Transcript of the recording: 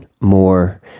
more